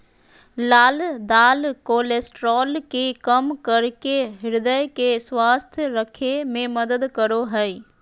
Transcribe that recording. लाल दाल कोलेस्ट्रॉल के कम करके हृदय के स्वस्थ रखे में मदद करो हइ